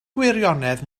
gwirionedd